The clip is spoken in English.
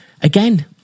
Again